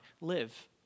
live